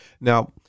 Now